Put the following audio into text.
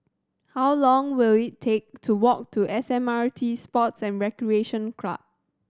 how long will it take to walk to S M R T Sports and Recreation Club